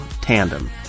Tandem